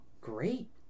great